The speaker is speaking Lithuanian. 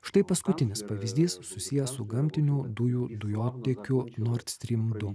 štai paskutinis pavyzdys susijęs su gamtinių dujų dujotiekiu nord strym du